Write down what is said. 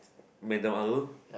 Madam Arul